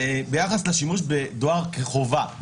ביחס לשימוש בדואר כחובה,